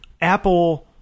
Apple